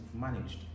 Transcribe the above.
managed